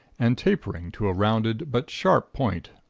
and tapering to a rounded but sharp point,